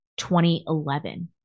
2011